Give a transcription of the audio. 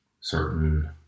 certain